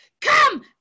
Come